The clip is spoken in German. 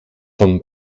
vom